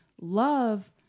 love